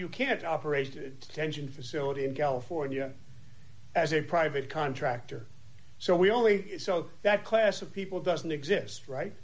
you can't operated tension facility in california as a private contractor so we only so that class of people doesn't exist right